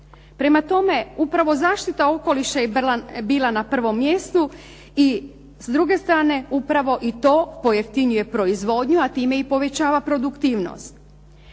Prema tome, upravo zaštita okoliša je bila na prvom mjestu. I s druge strane, upravo i to pojeftinjuje proizvodnju a time i povećava produktivnost.